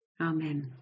Amen